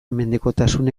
mendekotasun